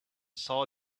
saw